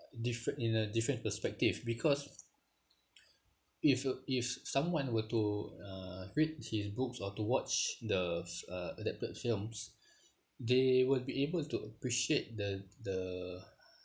different in a different perspective because if uh if someone were to uh read his books or to watch the uh adapted films they would be able to appreciate the the